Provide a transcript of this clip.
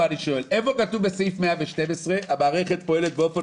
איפה כתוב בסעיף 112: "המערכת פועלת באופן